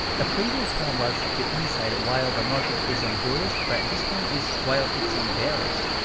the previous one was the inside while the market is on bullish, but this one is while it's on bearish,